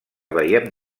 veiem